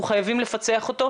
אנחנו חייבים לפצח אותו.